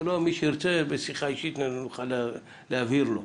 מי שירצה בשיחה אישית נוכל להבהיר לו.